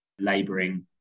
labouring